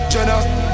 Jenna